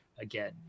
again